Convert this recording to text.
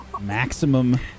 Maximum